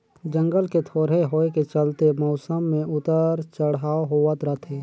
जंगल के थोरहें होए के चलते मउसम मे उतर चढ़ाव होवत रथे